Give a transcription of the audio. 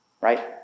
Right